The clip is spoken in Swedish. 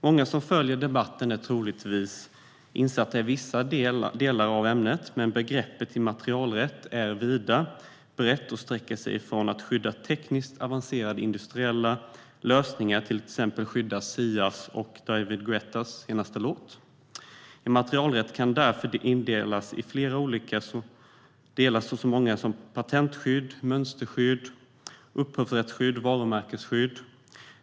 Många som följer debatten är troligtvis insatta i vissa delar av ämnet, men begreppet immaterialrätt är brett och sträcker sig från att skydda tekniskt avancerade industriella lösningar till att skydda till exempel Sias eller David Guettas senaste låt. Immaterialrätten kan därför indelas i flera olika delar, som patentskydd, mönsterskydd, upphovsrätt och varumärkesskydd.